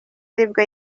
aribwo